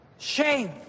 Shame